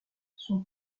son